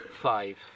five